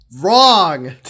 Wrong